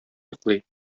йоклый